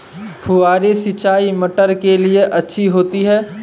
फुहारी सिंचाई मटर के लिए अच्छी होती है?